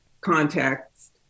context